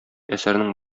әсәрнең